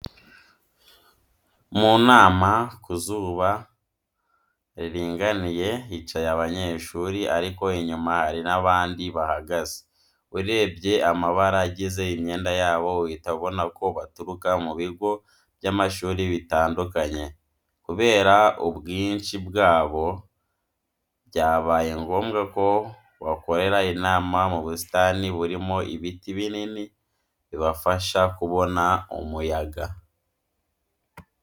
Mu nama, ku zuba riringaniye hicaye abanyeshuri ariko inyuma hari n'abandi bahagaze, urebye amabara agize imyenda yabo uhita ubona ko baturuka mu bigo by'amashuri bitandukanye. Kubera ubwinshi bwabo byabaye ngombwa ko bakorera inama mu busitani burimo ibiti binini bibafasha kubona umuyaga.